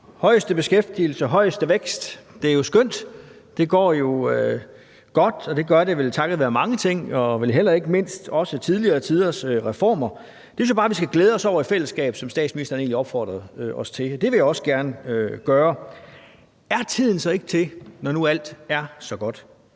Højeste beskæftigelse, højeste vækst – det er jo skønt. Det går jo godt, og det gør det vel takket være mange ting og vel heller ikke mindst tidligere tiders reformer. Det synes jeg bare vi skal glæde os over i fællesskab, som statsministeren egentlig opfordrede os til. Det vil jeg også gerne gøre. Er tiden så ikke til, når nu alt er så godt,